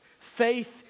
Faith